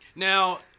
Now